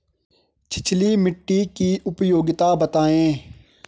छिछली मिट्टी की उपयोगिता बतायें?